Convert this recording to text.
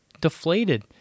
deflated